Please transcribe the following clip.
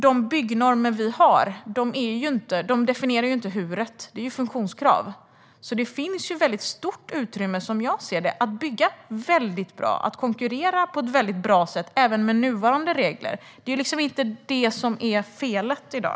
De byggnormer vi har är funktionskrav, så det finns stort utrymme, som jag ser det, att bygga bra och konkurrera på ett bra sätt även med nuvarande regler. Det är inte de som är felet i dag.